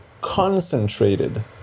concentrated